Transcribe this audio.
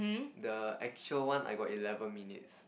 the actual one I got eleven minutes